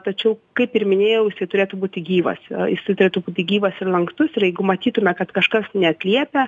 tačiau kaip ir minėjau jisai turėtų būti gyvas jisai turėtų būti gyvas ir lankstus ir jeigu matytume kad kažkas neatliepia